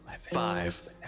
Five